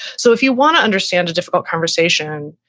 so if you want to understand a difficult conversation,